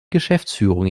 geschäftsführung